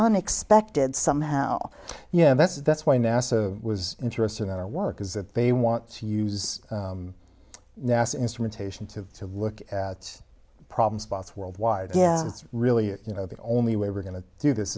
unexpected somehow yeah that's that's why nasa was interested in our work is that they want to use nasa instrumentation to look at problem spots worldwide it's really you know the only one we're going to do this